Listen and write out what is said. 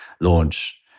launch